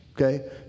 okay